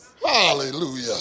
Hallelujah